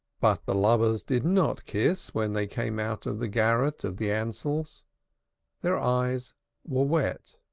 but the lovers did not kiss when they came out of the garret of the ansells their eyes were wet,